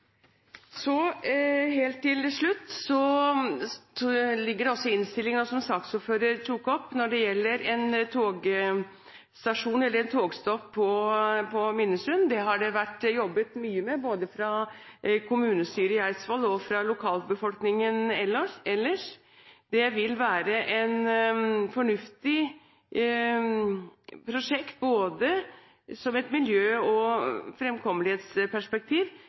Helt til slutt: Det ligger i innstillingen, som saksordføreren tok opp, en togstasjon – et togstopp – på Minnesund. Det har det vært jobbet mye med både fra kommunestyret i Eidsvoll og fra lokalbefolkningen ellers. Det vil være et fornuftig prosjekt både ut fra et miljøperspektiv og ut fra et fremkommelighetsperspektiv